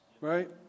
right